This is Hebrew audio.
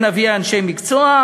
נביא אליהם אנשי מקצוע,